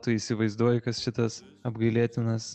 tu įsivaizduoji kas šitas apgailėtinas